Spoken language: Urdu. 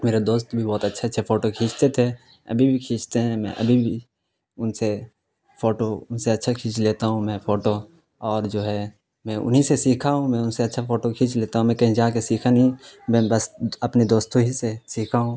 میرے دوست بھی بہت اچھے اچھے فوٹو کھیچتے تھے ابھی بھی کھیچتے ہیں میں ابھی بھی ان سے فوٹو ان سے اچھا کھیچ لیتا ہوں میں فوٹو اور جو ہے میں انہیں سے سیکھا ہوں میں ان سے اچھا فوٹو کھینچ لیتا ہوں میں کہیں جا کے سیکھا نہیں میں بس اپنے دوستوں ہی سے سیکھا ہوں